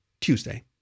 Tuesday